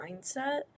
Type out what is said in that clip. mindset